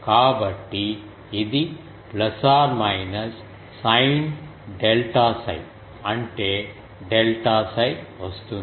కాబట్టి ఇది sine delta 𝜓 అంటే డెల్టా 𝜓 వస్తుంది